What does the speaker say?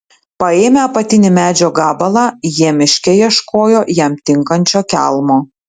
paėmę apatinį medžio gabalą jie miške ieškojo jam tinkančio kelmo